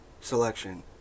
selection